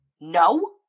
No